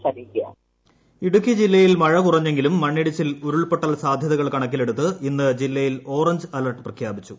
ഇടുക്കി ഇൻഡ്രോ ഇടുക്കി ജില്ലയിൽ മഴ കുറഞ്ഞെങ്കിലും മണ്ണിടിച്ചിൽ ഉരുൾപൊട്ടൽ സാധ്യതകൾ കണക്കിലെടുത്ത് ഇന്ന് ജില്ലയിൽ ഓറഞ്ച് അലർട്ട് പ്രഖ്യാപിച്ചു